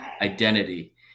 identity